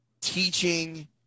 teaching